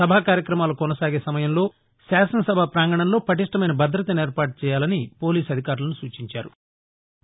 సభా కార్యక్రమాలు కొనసాగే సమయంలో శాసన సభా ప్రాంగణంలో పటిష్ణమైన భద్రతను ఏర్పాటు చేయాలని పోలీస్ అధికారులను ఆయన ఆదేశించారు